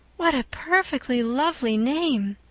what a perfectly lovely name!